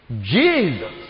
Jesus